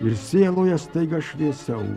ir sieloje staiga šviesiau